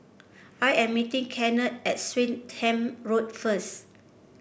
I am meeting Kennard at Swettenham Road first